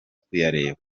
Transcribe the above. kuyareba